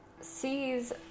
sees